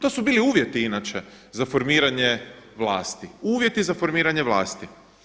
To su bili uvjeti inače za formiranje vlasti, uvjeti za formiranje vlasti.